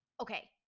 Okay